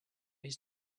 his